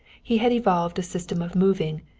he had evolved a system of moving,